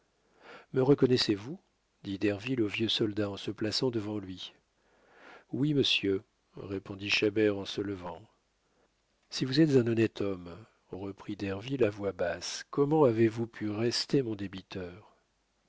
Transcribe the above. me reconnaissez-vous dit derville au vieux soldat en se plaçant devant lui oui monsieur répondit chabert en se levant si vous êtes un honnête homme reprit derville à voix basse comment avez-vous pu rester mon débiteur